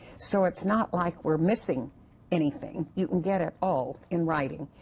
so it's not like we're missing anything. you can get it all in writing.